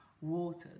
waters